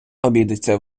обійдеться